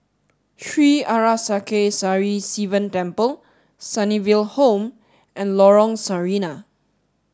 Sri Arasakesari Sivan Temple Sunnyville Home and Lorong Sarina